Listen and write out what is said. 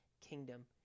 kingdom